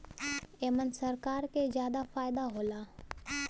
एमन सरकार के जादा फायदा होला